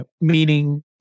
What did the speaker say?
Meaning